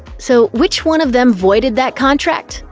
so, which one of them voided that contract?